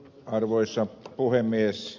arvoisa puhemies